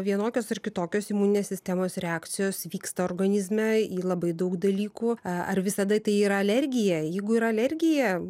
vienokios ar kitokios imuninės sistemos reakcijos vyksta organizme į labai daug dalykųa ar visada tai yra alergija jeigu yra alergija